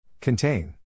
Contain